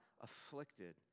afflicted